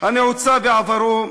הנעוצה בעברו,